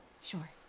Sure